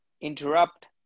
interrupt